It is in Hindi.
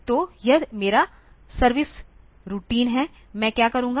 तो यह मेरा सर्विस रूटीन है मैं क्या करूंगा